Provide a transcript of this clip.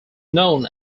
known